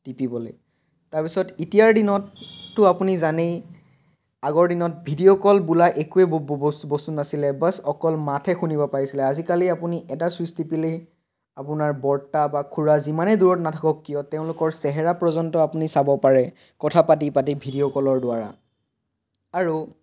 টিপিবলৈ তাৰপিছত এতিয়াৰ দিনততো আপুনি জানেই আগৰ দিনত ভিডিঅ' কল বোলা একোৱে বস্তু নাছিলে বচ্ অকল মাতহে শুনিব পাৰিছিলে আজিকালি আপুনি এটা ছুইচ টিপিলেই আপোনাৰ বৰ্তা বা খুড়া যিমানেই দূৰত নাথাকক কিয় তেওঁলোকৰ চেহেৰা পৰ্যন্ত আপুনি চাব পাৰে কথা পাতি পাতি ভিডিঅ' কলৰ দ্বাৰা আৰু